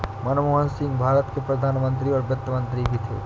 मनमोहन सिंह भारत के प्रधान मंत्री और वित्त मंत्री भी थे